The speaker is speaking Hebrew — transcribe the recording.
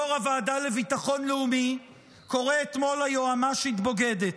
יו"ר הוועדה לביטחון לאומי קורא אתמול ליועמ"שית "בוגדת".